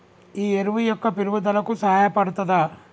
ఈ ఎరువు మొక్క పెరుగుదలకు సహాయపడుతదా?